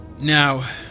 now